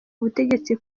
ubutegetsi